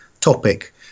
topic